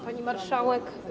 Pani Marszałek!